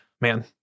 man